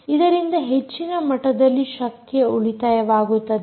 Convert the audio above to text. ಇದರಿಂದ ಹೆಚ್ಚಿನ ಮಟ್ಟದಲ್ಲಿ ಶಕ್ತಿಯ ಉಳಿತಾಯವಾಗುತ್ತದೆ